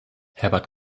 herbert